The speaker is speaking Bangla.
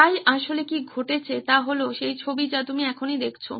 তাই আসলে কি ঘটেছে তা হলো সেই ছবি যা তুমি এখনই দেখছো